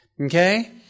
Okay